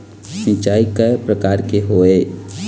सिचाई कय प्रकार के होये?